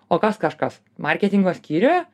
o kas kažkas marketingo skyriuje